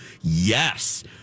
Yes